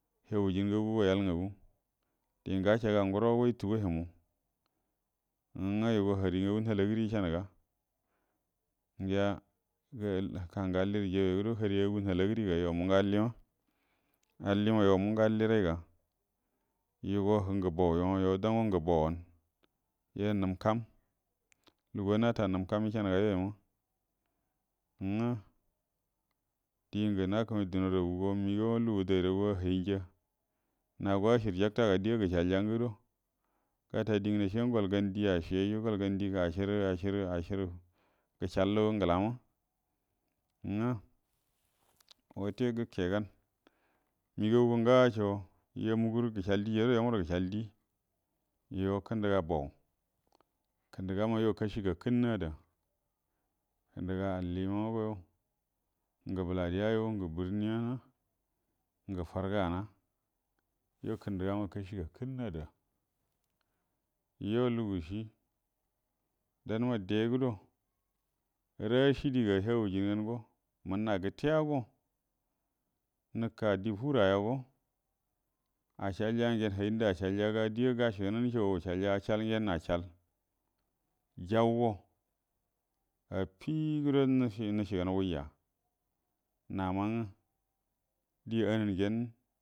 Ya’l ngaguə həaujin ngagə, diengə gacəagə a guəro yətonay həmu, ngə yuogo hərie ngagu natuala gərie yəcəanaga, gəa kangə allirə jauya guəro həriaguə nahala gəriga yuo mungə allim, allima yuo mungə alliraygəa, yuomu ha, buoyo yuomə ngə mbouan yuo nəmkəam lugua nata nəmkam yə cəanaga yuoyuma, ngwə diengə nakəmay dunaragu go lugu ayraguma henja, naga acər jakta ga die gəcəalja gə guəro, gata ie nganacie gol gan die acieyayu gol gan diengə acieri, acieri, acieri gəcəal guro ngala, ngwə wate gəkegəan məgəaw go ngalo gəcəal dieya guəro yəməndə gəcəal die yuo kəndaga buo, kəndagama yuo kashi gəakənnə adə, kəndəga allimaga ngə bəla dəga rə ngə bərni ana, gə fərga ana yuo kəndama kashi gəakənma ada yuo lugucie dan ma dey gudo rashi də ga yahujin gango mənma gəta’a go, nə ka die gungəru yago acəalja gyen acəalja gyen acəal jaugo afiquədo nicəgan wie ya nama-ngwə.